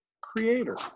creator